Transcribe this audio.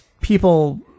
people